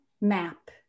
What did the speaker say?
map